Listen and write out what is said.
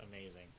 amazing